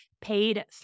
paid